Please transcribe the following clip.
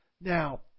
Now